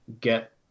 Get